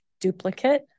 duplicate